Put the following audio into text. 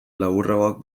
laburragoak